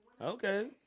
Okay